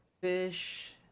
fish